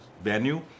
venue